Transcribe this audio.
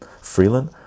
Freeland